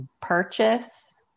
purchase